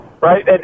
right